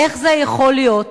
איך זה יכול להיות